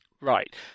Right